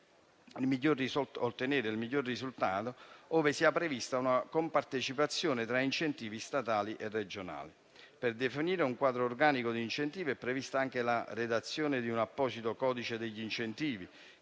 ma ottenere il miglior risultato ove sia prevista una compartecipazione tra incentivi statali e regionali. Per definire un quadro organico di incentivo è prevista anche la redazione di un apposito codice degli incentivi,